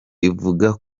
ivuga